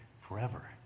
forever